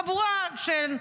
חבורה של,